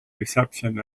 reception